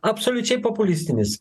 absoliučiai populistinis